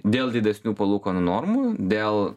dėl didesnių palūkanų normų dėl